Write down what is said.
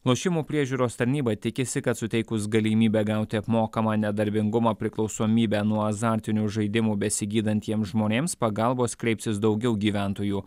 lošimų priežiūros tarnyba tikisi kad suteikus galimybę gauti apmokamą nedarbingumą priklausomybę nuo azartinių žaidimų besigydantiems žmonėms pagalbos kreipsis daugiau gyventojų